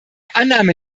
annahme